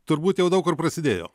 turbūt jau daug kur prasidėjo